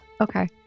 Okay